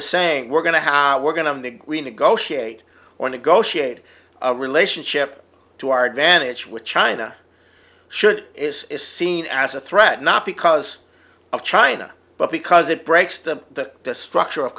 a saying we're going to how we're going to make we negotiate or negotiate a relationship to our advantage with china should is seen as a threat not because of china but because it breaks the structure of